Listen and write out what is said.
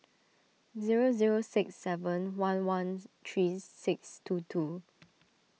zero zero six seven one one three six two two